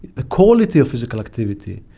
the quality of physical activity,